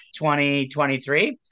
2023